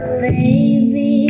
baby